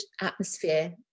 atmosphere